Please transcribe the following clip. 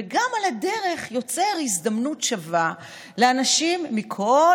וגם על הדרך יוצר הזדמנות שווה לאנשים מכל